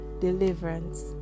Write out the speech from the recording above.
deliverance